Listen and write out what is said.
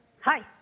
Hi